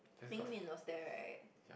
Mingmin was there right